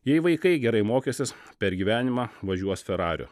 jei vaikai gerai mokysis per gyvenimą važiuos ferariu